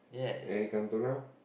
Eric-Cantona